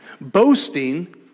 Boasting